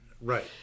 Right